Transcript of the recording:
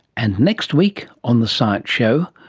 and next week on the science show,